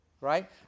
Right